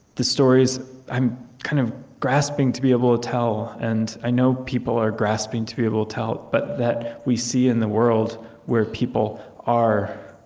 the stories i'm kind of grasping to be able to tell, and i know people are grasping to be able to tell, but that we see in the world where people are